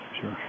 sure